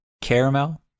caramel